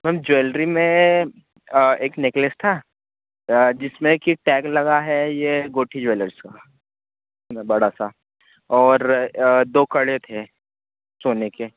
ma'am jewellery में एक necklace था जिसमें की टैग लगा है ये गोठी ज्वेलर्स का बड़ा सा और दो कड़े थे सोने के